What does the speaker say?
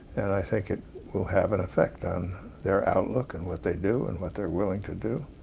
and i think it will have an effect on their outlook, and what they do and what they're willing to do,